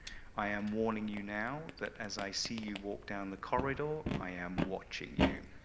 i am warning you now, that as i see you walk down the corridor, i am watching you.